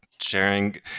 sharing